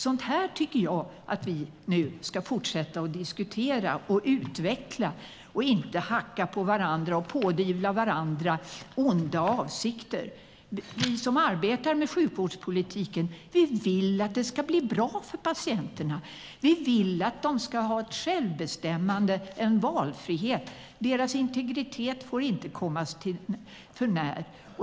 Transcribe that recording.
Sådant här tycker jag att vi nu ska fortsätta att diskutera och utveckla och inte hacka på varandra och pådyvla varandra onda avsikter. Vi som arbetar med sjukvårdspolitiken vill att det ska bli bra för patienterna. Vi vill att de ska ha ett självbestämmande, en valfrihet. Deras integritet får inte trädas förnär.